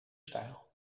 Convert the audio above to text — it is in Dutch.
stijl